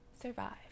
survive